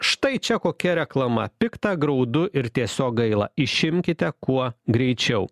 štai čia kokia reklama pikta graudu ir tiesiog gaila išimkite kuo greičiau